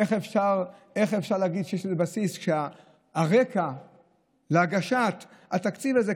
איך אפשר להגיד שיש לזה בסיס כשהרקע להגשת התקציב הזה,